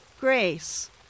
grace